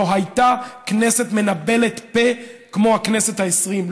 לא הייתה כנסת מנבלת פה כמו הכנסת העשרים.